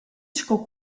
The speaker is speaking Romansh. sco